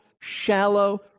shallow